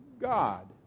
God